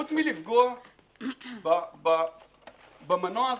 חוץ מלפגוע במנוע הזה,